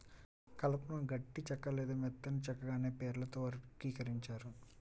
కలపను గట్టి చెక్క లేదా మెత్తని చెక్కగా అనే పేర్లతో వర్గీకరించారు